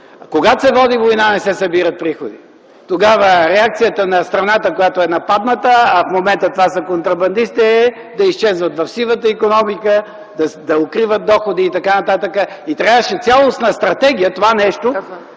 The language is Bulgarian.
когато се води война, не се събират приходи. Тогава реакцията на страната, която е нападната, а в момента това са контрабандистите, е да изчезват в сивата икономика, да укриват доходи и така нататък. Трябваше цялостна стратегия това нещо